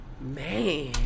man